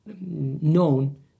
known